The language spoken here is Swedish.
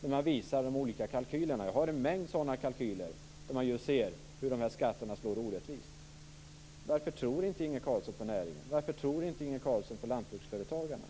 när de ser olika kalkyler? Jag har en mängd sådana kalkyler som visar hur skatterna slår orättvist. Varför tror inte Inge Carlsson på näringen? Varför tror inte Inge Carlsson på lantbruksföretagarna?